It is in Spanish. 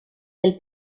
del